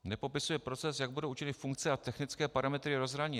... nepopisuje proces, jak budou určeny funkce a technické parametry rozhraní.